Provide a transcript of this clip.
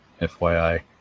FYI